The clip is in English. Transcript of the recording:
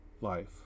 life